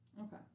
Okay